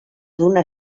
d’una